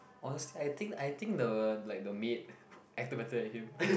honestly I think I think the like the maid acted better than him